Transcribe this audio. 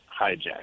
hijacked